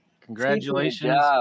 Congratulations